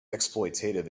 exploitative